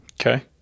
Okay